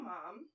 Mom